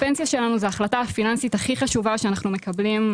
הפנסיה שלנו זו ההחלטה הפיננסית הכי חשובה שאנחנו מקבלים,